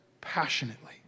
passionately